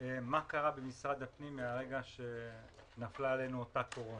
מה קרה במשרד הפנים מרגע שנפלה עלינו אותה קורונה.